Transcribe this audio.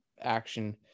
action